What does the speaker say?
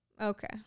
Okay